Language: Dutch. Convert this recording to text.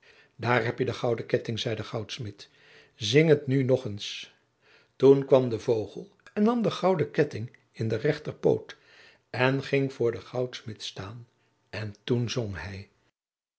daar heb je de gouden ketting zei de goudsmid zing het nu nog eens toen kwam de vogel en nam de gouden ketting in de rechterpoot en hij ging voor den goudsmid staan en toen zong hij